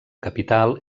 capital